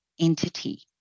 entity